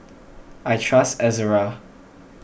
I trust Ezerra